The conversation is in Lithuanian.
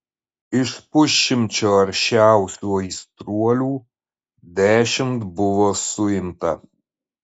iš pusšimčio aršiausių aistruolių dešimt buvo suimta